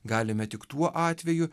galime tik tuo atveju